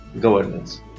governance